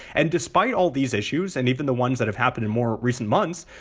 and despite all these issues and even the ones that have happened in more recent months,